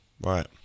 Right